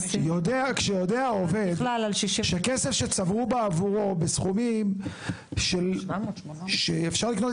כשיודע עובד שכסף שצברו בעבורו בסכומים שאפשר לקנות